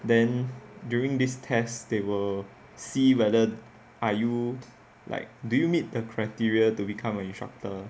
then during these tests they will see whether are you like do you meet the criteria to become a instructor